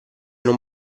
non